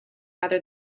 rather